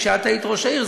כשאת היית ראש העיר,